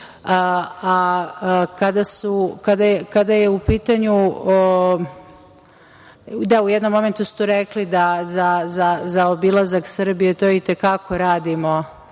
nesigurnosti. Kada je u pitanju, da, u jednom momentu ste rekli da za obilazak Srbije, to i te kako radimo